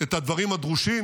את הדברים הדרושים.